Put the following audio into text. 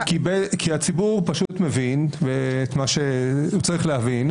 העליון היא כי הציבור פשוט מבין את מה שהוא צריך להבין,